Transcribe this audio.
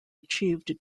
achieved